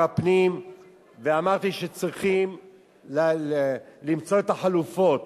הפנים ואמרתי שצריכים למצוא את החלופות,